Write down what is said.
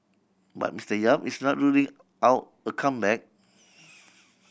but Mister Yap is not ruling out a comeback